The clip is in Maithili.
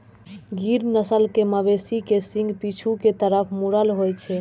गिर नस्ल के मवेशी के सींग पीछू के तरफ मुड़ल होइ छै